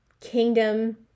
kingdom